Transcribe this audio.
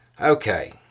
Okay